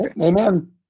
Amen